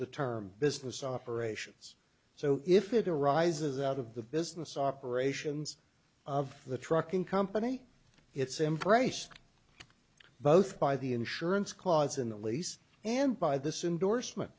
the term business operations so if it arises out of the business operations of the trucking company it's embraced both by the insurance clause in the lease and by this indorsement